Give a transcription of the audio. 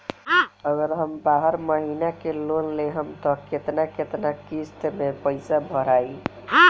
अगर हम बारह महिना के लोन लेहेम त केतना केतना किस्त मे पैसा भराई?